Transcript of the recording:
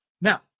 Now